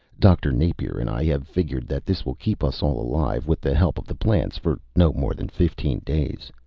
dr. napier and i have figured that this will keep us all alive with the help of the plants for no more than fifteen days.